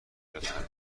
لطفا